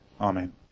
Amen